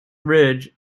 ridge